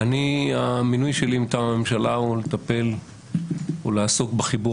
המינוי שלי מטעם הממשלה הוא לעסוק בחיבור